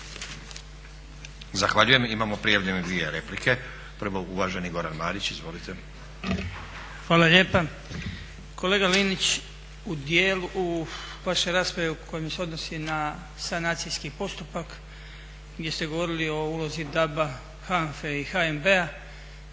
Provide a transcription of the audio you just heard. Zahvaljujem. Imamo prijavljene dvije replike. Prvo uvaženi Goran Marić. Izvolite. **Marić, Goran (HDZ)** Hvala lijepa. Kolega Linić u dijelu vaše rasprave koja se odnosi na sanacijski postupak gdje ste govorili o ulozi DAB-a, HANFA-e i HNB-a